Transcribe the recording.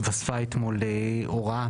התווספה אתמול הוראה,